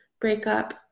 breakup